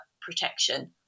protection